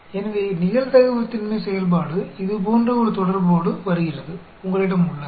எனவே நிகழ்தகவு திண்மை செயல்பாடு இது போன்ற ஒரு தொடர்போடு வருகிறது உங்களிடம் உள்ளது